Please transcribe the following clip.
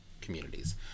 communities